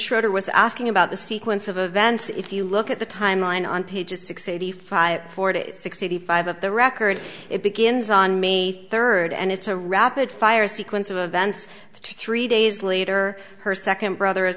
schroeder was asking about the sequence of events if you look at the timeline on pages six eighty five forty sixty five of the record it begins on may third and it's a rapid fire sequence of events three days later her second brother